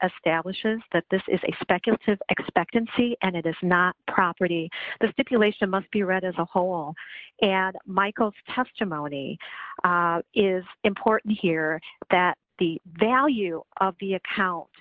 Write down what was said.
establishes that this is a speculative expectancy and it is not property the stipulation must be read as a whole and michael testimony is important here that the value of the account